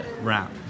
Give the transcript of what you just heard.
wrap